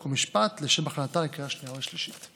חוק ומשפט לשם הכנתן לקריאה השנייה והשלישית.